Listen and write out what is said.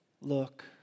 look